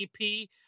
EP